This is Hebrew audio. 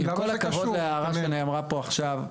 עם כל הכבוד לאמירה שנאמרה פה עכשיו,